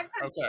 Okay